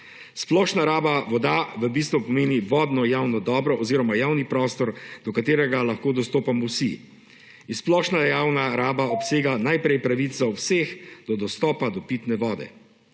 Splošna raba voda v bistvu pomeni vodno javno dobro oziroma javni prostor, do katerega lahko dostopamo vsi, in splošna javna raba obsega najprej pravico vseh do dostopa do pitne vode.